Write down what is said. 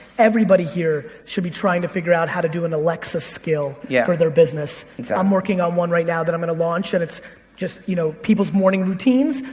everybody here should be trying to figure out how to do an alexa skill yeah for their business. i'm working on one right now that i'm gonna launch, and it's just, you know, people's morning routines.